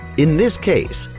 in this case,